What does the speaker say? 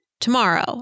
tomorrow